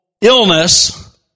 illness